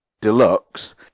Deluxe